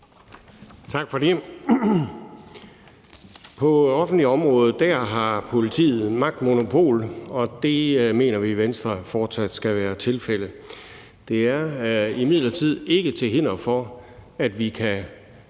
Tak for det. På offentligt område har politiet magtmonopol, og det mener vi i Venstre fortsat skal være tilfældet. Det er imidlertid ikke til hinder for, at vi kan